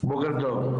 בוקר טוב.